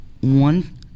one